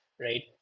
Right